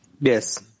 yes